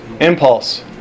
Impulse